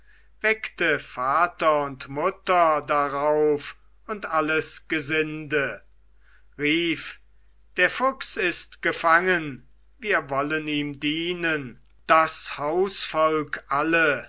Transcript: weckte vater und mutter darauf und alles gesinde rief der fuchs ist gefangen wir wollen ihm dienen sie kamen alle